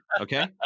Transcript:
Okay